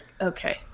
Okay